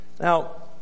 Now